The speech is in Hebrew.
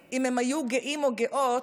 הנופלים, אם הם היו גאים או גאות,